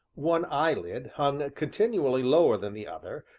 one eyelid hung continually lower than the other,